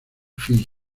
fiyi